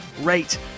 rate